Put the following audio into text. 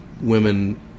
women